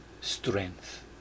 strength